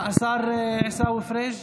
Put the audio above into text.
השר עיסאווי פריג'?